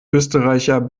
österreicher